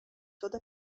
toda